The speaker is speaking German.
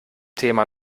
thema